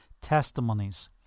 testimonies